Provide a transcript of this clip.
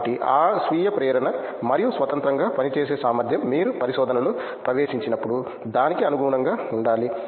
కాబట్టి ఆ స్వీయ ప్రేరణ మరియు స్వతంత్రంగా పని చేసే సామర్థ్యం మీరు పరిశోధనలో ప్రవేశించినప్పుడు దానికి అనుగుణంగా ఉండాలి